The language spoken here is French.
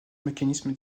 mécanisme